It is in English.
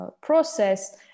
process